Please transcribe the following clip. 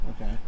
Okay